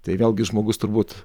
tai vėlgi žmogus turbūt